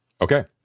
Okay